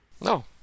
No